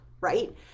right